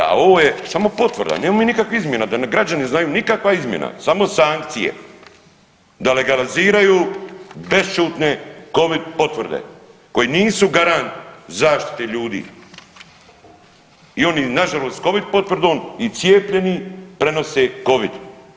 A ovo je samo potvrda, nemamo mi nikakvih izmjena, da građani znaju nikakva izmjena samo sankcije da legaliziraju bešćutne Covid potvrde koje nisu garant zaštite ljudi i oni nažalost s Covid potvrdom i cijepljeni prenose Covid.